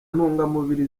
ntungamubiri